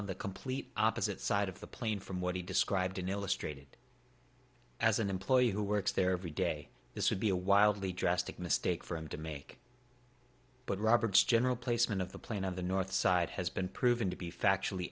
on the complete opposite side of the plane from what he described in illustrated as an employee who works there every day this would be a wildly drastic mistake for him to make but robert's general placement of the plane on the north side has been proven to be factual